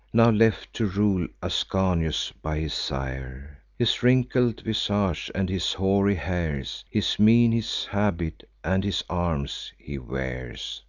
now left, to rule ascanius, by his sire his wrinkled visage, and his hoary hairs, his mien, his habit, and his arms, he wears,